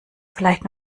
vielleicht